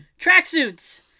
Tracksuits